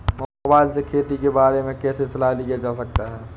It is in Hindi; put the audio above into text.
मोबाइल से खेती के बारे कैसे सलाह लिया जा सकता है?